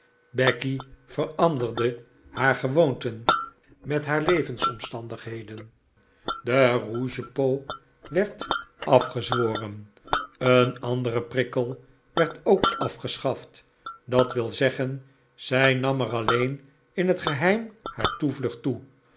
becky veranderde haar gewoonten met haar levensomstandigheden de rouge pot werd afgezworen een andere prikkel werd ook afgeschaft dat wil zeggen zij nam er alleen in het geheim haar toevlucht toe